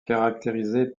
caractérisé